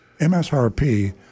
MSRP